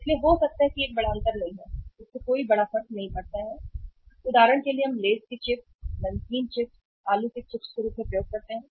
इसलिए हो सकता है कि यह एक बड़ा अंतर नहीं है इससे कोई बड़ा फर्क नहीं पड़ता है कि उदाहरण के लिए हम लेसेस को चिप्स नमकीन चिप्स आलू के चिप्स के रूप में उपयोग करते हैं